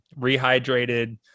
rehydrated